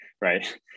right